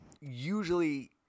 usually